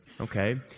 Okay